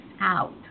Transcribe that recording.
out